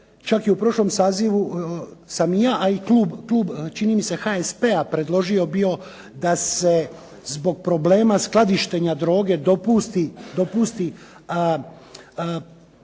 čak i u prošlom sazivu sam ja, a i klub čini mi se HSP-a predložio bio da se zbog problema skladištenja droge dopusti